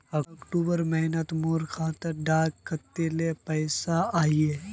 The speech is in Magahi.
अक्टूबर महीनात मोर खाता डात कत्ते पैसा अहिये?